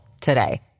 today